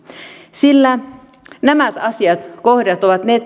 sillä nämä kohdat ovat ne